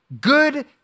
good